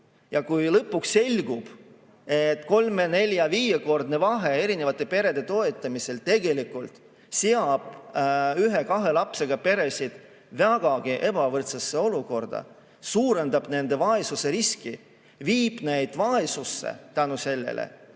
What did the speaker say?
ja kui lõpuks selgub, et kolme-, nelja-, viiekordne vahe perede toetamisel tegelikult seab ühe ja kahe lapsega pered vägagi ebavõrdsesse olukorda, suurendab nende vaesusriski ja viib neid vaesusesse,